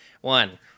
One